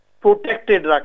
protected